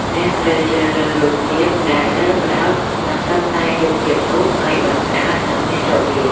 អ្នកត្រូវជ្រើសរើសរូបភាពដែលត្រូវផ្តោតនិងតុបតែងរូបភាពនោះ ឱ្យបានស្អាត និងមានរបៀប។